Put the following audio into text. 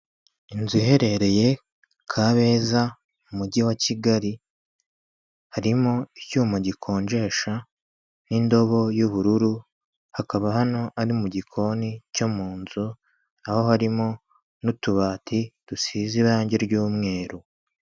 Inzu iherereye Kabeza mu mujyi wa Kigali harimo icyuma gikonjesha n'indobo y'ubururu, hakaba hano ari mu gikoni cyo mu nzu aho harimo n'utubati dusize irangi ry'umweru.